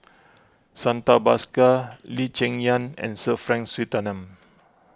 Santha Bhaskar Lee Cheng Yan and Sir Frank Swettenham